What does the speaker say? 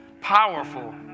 powerful